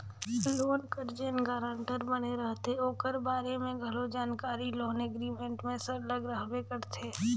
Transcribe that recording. loan कर जेन guarantor बने रहथे ओकर बारे में घलो जानकारी लोन एग्रीमेंट में सरलग रहबे करथे